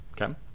okay